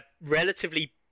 relatively